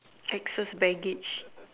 excess baggage